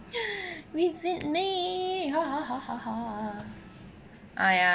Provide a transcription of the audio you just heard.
visit me !aiya!